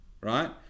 right